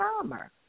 summer